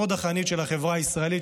חוד החנית של החברה הישראלית,